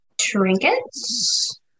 trinkets